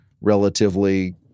relatively